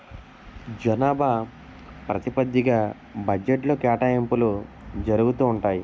జనాభా ప్రాతిపదిగ్గా బడ్జెట్లో కేటాయింపులు జరుగుతూ ఉంటాయి